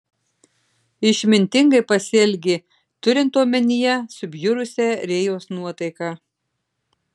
išmintingai pasielgė turint omenyje subjurusią rėjos nuotaiką